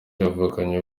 yavukanye